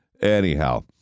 anyhow